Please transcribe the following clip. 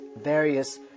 various